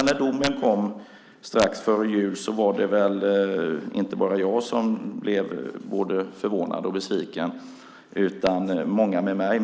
När domen sedan kom strax före jul var det väl inte bara jag som blev både förvånad och besviken utan många med mig.